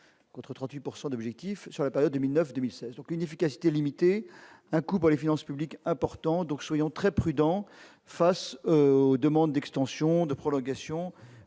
pourcent d'objectifs sur la période 2009 2016 aucune efficacité limitée, un coût pour les finances publiques important donc, soyons très prudents face aux demandes d'extension de prolongation